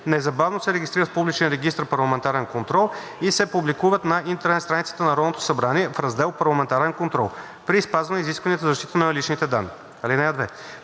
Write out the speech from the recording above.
незабавно се регистрират в публичен регистър „Парламентарен контрол“ и се публикуват на интернет страницата на Народното събрание в раздел „Парламентарен контрол“ при спазване изискванията за защита на личните данни. (2)